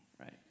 right